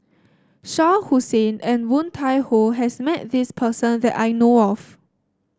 Shah Hussain and Woon Tai Ho has met this person that I know of